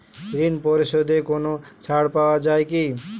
ঋণ পরিশধে কোনো ছাড় পাওয়া যায় কি?